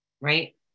right